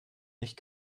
nicht